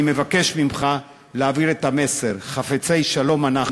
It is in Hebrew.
אני מבקש ממך להעביר את המסר: חפצי שלום אנחנו.